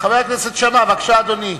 חבר הכנסת שאמה, בבקשה, אדוני.